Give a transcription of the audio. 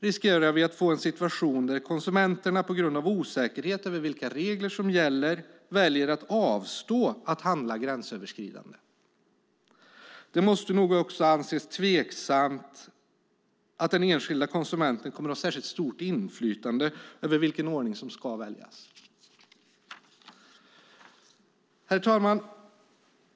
riskerar vi att få en situation där konsumenterna på grund av osäkerhet över vilka regler som gäller väljer att avstå att handla gränsöverskridande. Det måste nog också anses tveksamt att den enskilda konsumenten kommer att ha särskilt stort inflytande över vilken ordning som ska väljas. Herr talman!